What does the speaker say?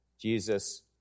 Jesus